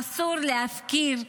אסור להפקיר,